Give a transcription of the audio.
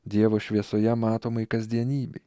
dievo šviesoje matomai kasdienybei